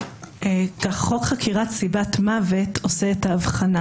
חוק חקירת סיבת מוות עושה את ההבחנה